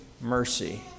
mercy